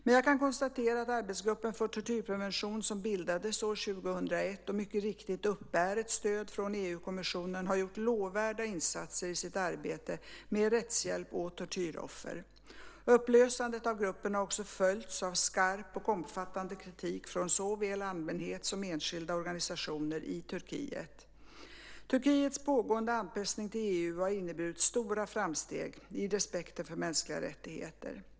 Men jag kan konstatera att arbetsgruppen för tortyrprevention, som bildades år 2001 och, mycket riktigt, uppbär ett stöd från EU-kommissionen, har gjort lovvärda insatser i sitt arbete med rättshjälp åt tortyroffer. Upplösandet av gruppen har också följts av skarp och omfattande kritik från såväl allmänhet som enskilda organisationer i Turkiet. Turkiets pågående anpassning till EU har inneburit stora framsteg i respekten för mänskliga rättigheter.